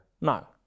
No